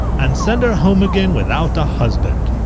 and send her home again without a husband.